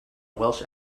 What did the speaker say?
welsh